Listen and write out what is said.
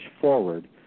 forward